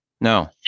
No